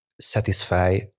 satisfy